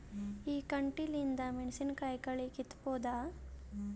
ಈ ಕಂಟಿಲಿಂದ ಮೆಣಸಿನಕಾಯಿ ಕಳಿ ಕಿತ್ತಬೋದ?